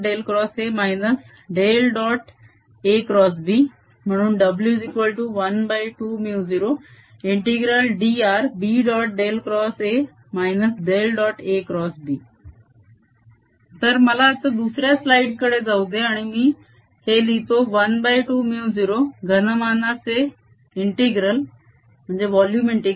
AB तर मला आता दुसऱ्या स्लाईड कडे जाऊ दे आणि मी हे लिहितो ½ μ0 घनमानाचे∫ B